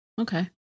okay